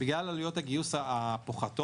בגלל עלויות הגיוס הפוחתות.